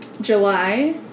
July